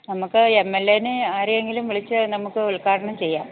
നമുക്ക് M L ഏനേ ആരെയെങ്കിലും വിളിച്ച് നമുക്ക് ഉദ്ഘാടനം ചെയ്യാം